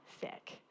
sick